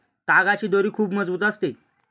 तागाची दोरी खूप मजबूत असते